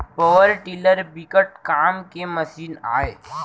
power tiller बिकट काम के मसीन आय